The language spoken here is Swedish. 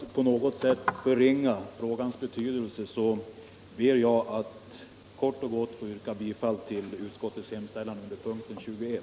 Herr talman! Utan att på något sätt förringa frågans betydelse ber jag att kort och gott få yrka bifall till utskottets hemställan under denna punkt.